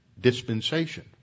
dispensation